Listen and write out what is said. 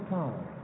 time